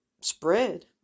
spread